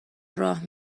راه